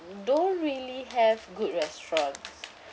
don't really have good restaurant